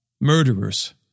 murderers